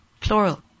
plural